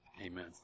Amen